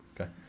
Okay